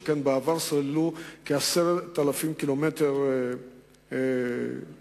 שכן בעבר סללו כ-10,000 ק"מ מסילה,